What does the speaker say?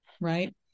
right